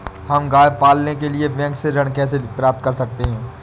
हम गाय पालने के लिए बैंक से ऋण कैसे प्राप्त कर सकते हैं?